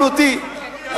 מכניסים אותו,